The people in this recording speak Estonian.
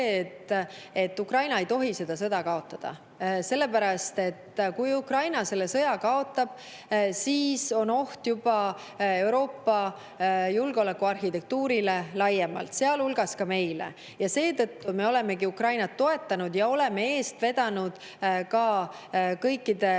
et Ukraina ei tohi seda sõda kaotada. Sellepärast et kui Ukraina sõja kaotab, siis on oht juba Euroopa julgeolekuarhitektuurile laiemalt, sealhulgas ka meile, ja seetõttu me olemegi Ukrainat toetanud ja oleme eest vedanud ka kõikide